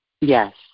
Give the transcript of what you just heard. Yes